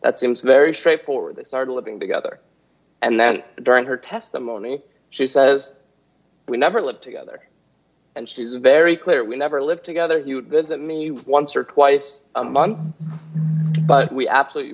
that seems very straightforward they started living together and then during her testimony she says we never live together and she's very clear we never live together you visit me once or twice a month but we absolutely